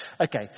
Okay